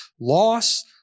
Loss